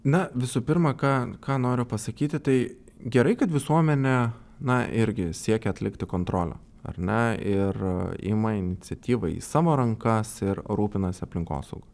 na visų pirma ką ką noriu pasakyti tai gerai kad visuomenė na irgi siekia atlikti kontrolę ar ne ir ima iniciatyvą į savo rankas ir rūpinasi aplinkosauga